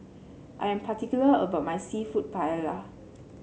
I am particular about my seafood Paella